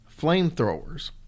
Flamethrowers